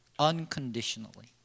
unconditionally